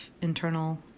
internal